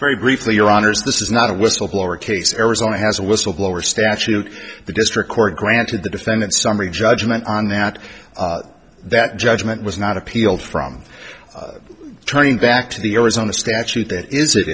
very briefly your honour's this is not a whistleblower case arizona has a whistleblower statute the district court granted the defendant summary judgment on that that judgment was not appealed from turning back to the arizona statute that is